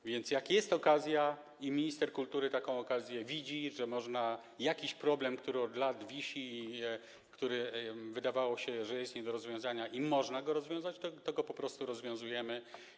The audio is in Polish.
A więc jeżeli jest okazja, i minister kultury taką okazję widzi, że można jakiś problem, który od lat wisi i który, wydawało się, jest nie do rozwiązania, rozwiązać, to go po prostu rozwiązujemy.